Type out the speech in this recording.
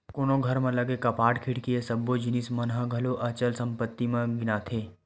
कोनो घर म लगे कपाट, खिड़की ये सब्बो जिनिस मन ह घलो अचल संपत्ति म गिनाथे